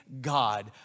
God